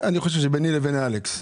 אני חושב שביני לבין אלכס.